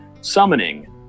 summoning